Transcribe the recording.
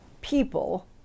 people